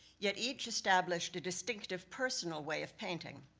yet each established a distinctive personal way of painting.